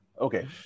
Okay